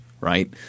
Right